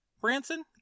Branson